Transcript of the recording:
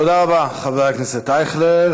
תודה רבה, חבר הכנסת אייכלר.